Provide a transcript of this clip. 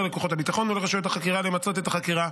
לכוחות הביטחון ולרשויות החקירה למצות את החקירה